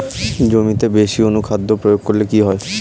জমিতে বেশি অনুখাদ্য প্রয়োগ করলে কি হয়?